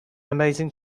amazing